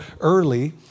early